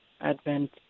Advent